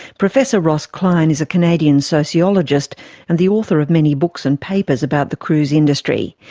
professor ross klein is a canadian sociologist and the author of many books and papers about the cruise industry.